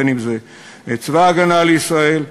בין שזה צבא הגנה לישראל,